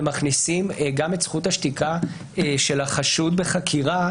ומכניסים גם את זכות השתיקה של החשוד בחקירה,